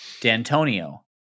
D'Antonio